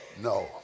no